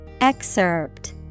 Excerpt